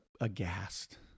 aghast